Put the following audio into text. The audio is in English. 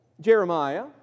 Jeremiah